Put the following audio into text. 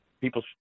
People